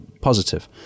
positive